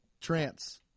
Trance